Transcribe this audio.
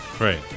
Right